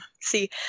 see